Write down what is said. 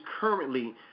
currently